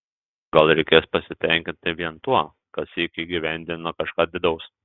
gal reikės pasitenkinti vien tuo kad sykį įgyvendino kažką didaus